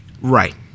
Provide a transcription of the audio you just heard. Right